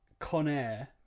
Conair